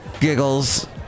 Giggles